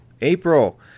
April